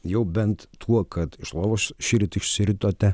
jau bent tuo kad iš lovos šįryt išsiritote